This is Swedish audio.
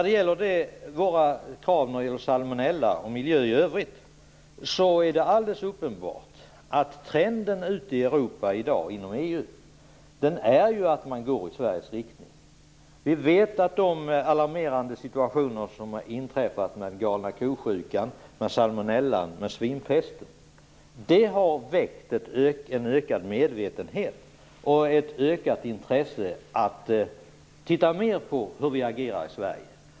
Beträffande våra krav när det gäller salmonella och miljö i övrigt är det alldeles uppenbart att trenden inom EU i dag är att man går i Sveriges riktning. Vi känner till de alarmerande situationer som har inträffat med galna ko-sjukan, salmonellan och svinpesten. Det har lett till en ökad medvetenhet och ett ökat intresse för hur vi agerar i Sverige.